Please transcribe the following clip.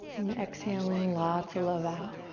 and exhaling lots of love out.